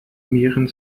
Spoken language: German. mehren